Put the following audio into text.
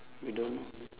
we don't know